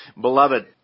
Beloved